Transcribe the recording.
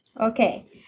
Okay